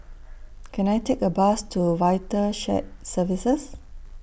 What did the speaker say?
Can I Take A Bus to Vital Shared Services